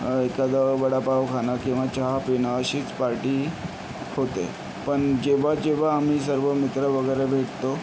एखादा वडा पाव खाणं किंवा चहा पिणं अशीच पार्टी होते पण जेव्हा जेव्हा आम्ही सर्व मित्र वगैरे भेटतो